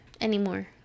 anymore